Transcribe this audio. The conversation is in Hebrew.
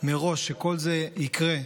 מראש שכל זה יקרה,